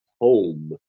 home